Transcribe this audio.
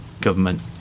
government